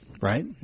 right